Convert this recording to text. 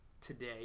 today